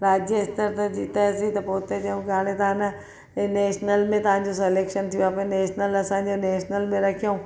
राज्य स्तर ते जिते असीं पोइ उते चयऊं हाणे तव्हां न नेशनल में तव्हांजो सिलेक्शन थी वियो आहे नेशनल असांखे नेशनल में रख्यऊं